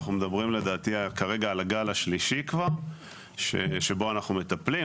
אנחנו מדברים לדעתי כרגע על הגל השלישי שבו אנחנו מטפלים.